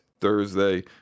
Thursday